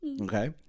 okay